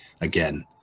again